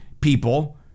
people